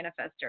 manifester